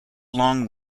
long